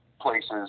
places